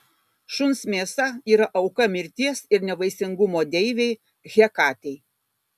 šuns mėsa yra auka mirties ir nevaisingumo deivei hekatei